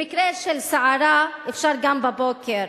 במקרה של סערה, אפשר גם בבוקר.